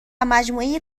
مجموعه